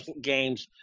games